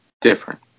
different